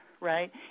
right